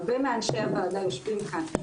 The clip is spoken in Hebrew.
הרבה מאנשי הוועדה יושבים כאן.